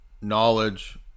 knowledge